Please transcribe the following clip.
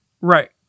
Right